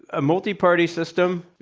a multi-party system.